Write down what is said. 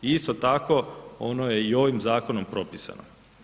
Isto tako, ono je i ovim zakonom propisano.